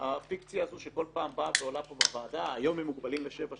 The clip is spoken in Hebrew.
הפיקציה הזאת שכל פעם באה ועולה פה בוועדה היום הם מוגבלים לשבע שנים?